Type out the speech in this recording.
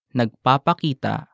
nagpapakita